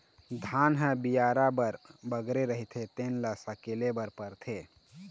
धान ह बियारा भर बगरे रहिथे तेन ल सकेले बर परथे